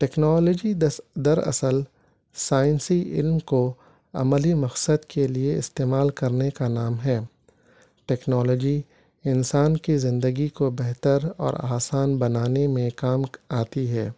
technology دس دراصل سائنسی علم کو عملی مقصد کے لیے استعمال کرنے کا نام ہے ٹیکنالوجی انسان کی زندگی کو بہتر اور آسان بنانے میں کام آتی ہے